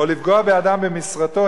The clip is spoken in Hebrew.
או לפגוע באדם במשרתו,